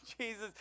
Jesus